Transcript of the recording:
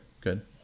good